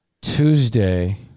Tuesday